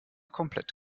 komplett